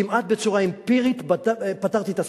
כמעט בצורה אמפירית פתרתי את הסכסוך,